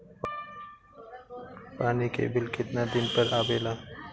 पानी के बिल केतना दिन पर आबे ला?